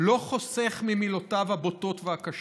לא חוסך ממילותיו הבוטות והקשות.